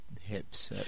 hips